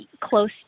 close